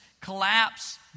collapse